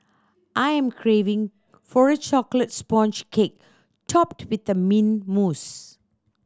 I am craving for a chocolate sponge cake topped with the mint mousse